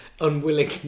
unwilling